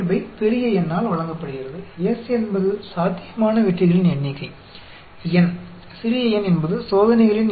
variance और standard deviation इस तरह दिए गए हैं